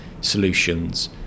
solutions